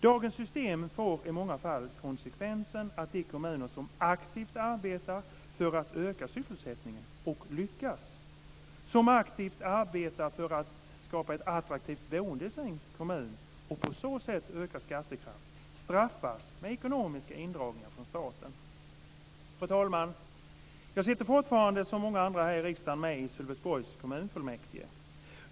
Dagens system får i många fall konsekvensen att de kommuner som aktivt arbetar för att öka sysselsättningen, och lyckas, som aktivt arbetar för att skapa ett attraktivt boende i kommunen och på så sätt få ökad skattekraft, straffas med ekonomiska indragningar från staten. Fru talman! Jag sitter fortfarande, som många andra i riksdagen, i kommunfullmäktige - i detta fall Sölvesborg.